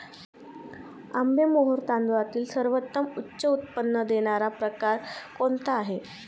आंबेमोहोर तांदळातील सर्वोत्तम उच्च उत्पन्न देणारा प्रकार कोणता आहे?